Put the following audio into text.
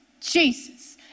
Jesus